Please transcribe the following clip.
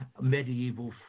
medieval